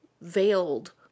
veiled